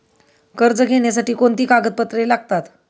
कर्ज घेण्यासाठी कोणती कागदपत्रे लागतात?